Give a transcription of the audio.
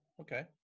okay